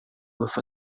with